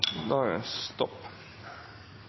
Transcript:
Da er det